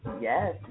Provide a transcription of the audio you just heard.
Yes